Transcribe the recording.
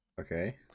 Okay